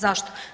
Zašto?